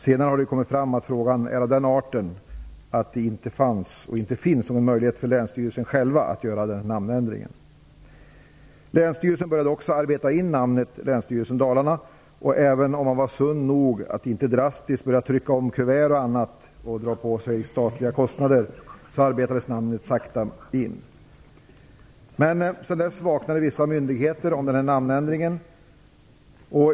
Sedan har det kommit fram att frågan är av den arten att det inte fanns och att det inte finns någon möjlighet för länsstyrelsen att själv göra namnändringen. Länsstyrelsen började också arbeta in namnet Länsstyrelsen Dalarna. Även om man var sund nog att inte drastiskt börja trycka om kuvert och annat - och därmed dra på den statliga förvaltningen onödiga kostnader - arbetades namnet sakta in. Men sedan vaknade vissa myndigheter när det gällde namnändringen.